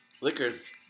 Liquors